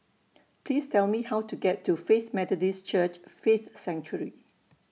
Please Tell Me How to get to Faith Methodist Church Faith Sanctuary